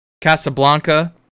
Casablanca